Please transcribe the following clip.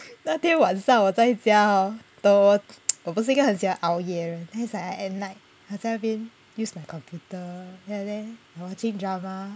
那天晚上我在家 hor 懂我不是一个很喜欢熬夜的人 then it's like at night 我在那边 use my computer ya then hor 我追 drama